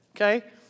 okay